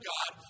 God